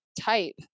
type